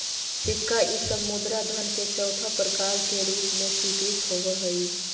सिक्का इ सब मुद्रा धन के चौथा प्रकार के रूप में स्वीकृत होवऽ हई